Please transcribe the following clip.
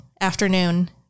afternoon